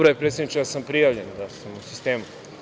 je, predsedniče, da sam prijavljen, da sam u sistemu.